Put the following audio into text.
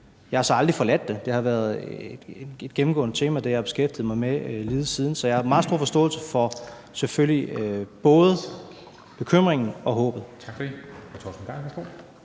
Jeg har så aldrig forladt det, for det har været et gennemgående tema i det, jeg har beskæftiget mig med lige siden, så jeg har meget stor forståelse for det, selvfølgelig både bekymringen og håbet. Kl.